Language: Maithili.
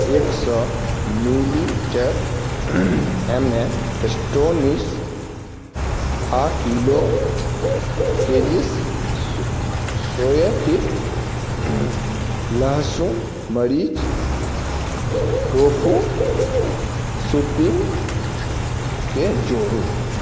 एक सओ मिलीलीटर एम ए एस्टोनिश आओर किलो केजिस सोयफिट लहसुन मरीच टोफू सुप्रीमकेँ जोडू